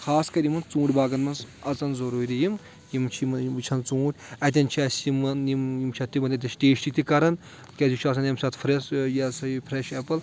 خاص کَر یِمَن ژوٗنٛٹھۍ باغَن منٛز اَژَان ضروٗری یِم یِم چھِ یِمن وُچھان ژوٗنٛٹھۍ اَتیٚن چھِ اسہِ یِمَن یِم چھِ ٹیسٹہٕ تہِ کَران کیٛازِ یہِ چھُ آسان ییٚمہِ ساتہٕ فرٛیٚس یہِ ہَسا یہِ فرٛیش ایپٕل